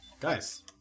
Guys